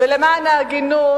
ולמען ההגינות,